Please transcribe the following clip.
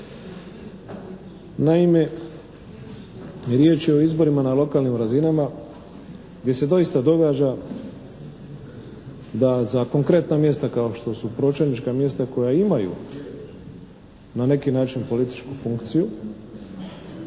Naime, riječ je o izborima na lokalnim razinama, gdje se doista događa da za konkretna mjesta kao što su pročelnička mjesta koja imaju na neki način političku funkciju,